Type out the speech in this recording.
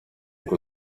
ngo